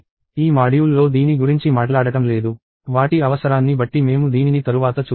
ఈ మాడ్యూల్లో దీని గురించి మాట్లాడటం లేదు వాటి అవసరాన్ని బట్టి మేము దీనిని తరువాత చూస్తాము